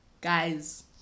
guys